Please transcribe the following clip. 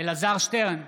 אלעזר שטרן,